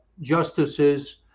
justices